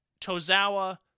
Tozawa